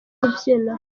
kubyina